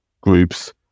groups